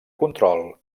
control